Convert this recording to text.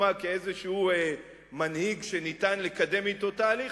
מה כאיזה מנהיג שניתן לקדם אתו תהליך,